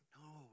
No